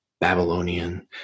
Babylonian